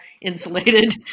insulated